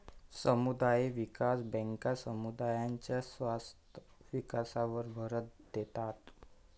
समुदाय विकास बँका समुदायांच्या शाश्वत विकासावर भर देतात